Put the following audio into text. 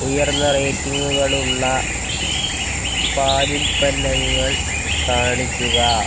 ഉയർന്ന റേറ്റിംഗുകളുള്ള പാലുൽപ്പന്നങ്ങൾ കാണിക്കുക